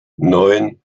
neun